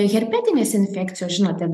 herpetinės infekcijos žinote